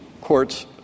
court's